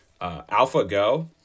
AlphaGo